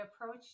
approach